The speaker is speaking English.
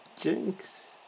Jinx